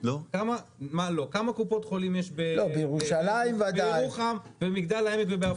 כמה קופות חולים יש בירוחם במגדל העמק ובעפולה?